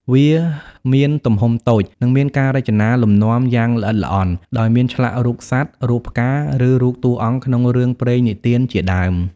វាមានទំហំតូច និងមានការរចនាលំនាំយ៉ាងល្អិតល្អន់ ដោយមានឆ្លាក់រូបសត្វ រូបផ្កា ឬរូបតួអង្គក្នុងរឿងព្រេងនិទានជាដើម។